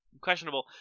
questionable